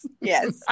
Yes